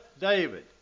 David